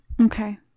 Okay